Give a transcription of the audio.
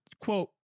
quote